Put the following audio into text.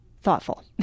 thoughtful